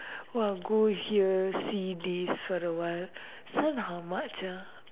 !wah! go here see this for awhile this one how much ah